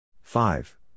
five